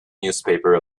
newspaper